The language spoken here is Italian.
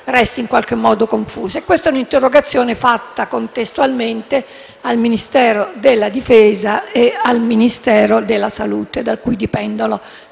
resti in qualche modo confusa. Questa interrogazione è stata presentata contestualmente al Ministero della difesa e al Ministero della salute, da cui dipendono